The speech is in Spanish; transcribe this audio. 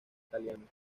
italiana